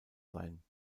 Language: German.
sein